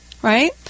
Right